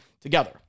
together